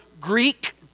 Greek